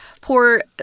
poor